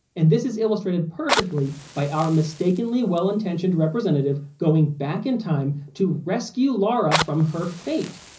and this is illustrated perfectly by our mistakenly well-intentioned representative going back in time to rescue laura from her fate,